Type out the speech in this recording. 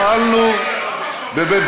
כשלא פעלנו בבית-ג'אלה,